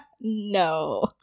No